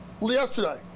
yesterday